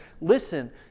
listen